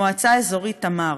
המועצה האזורית תמר,